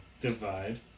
Divide